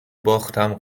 باختم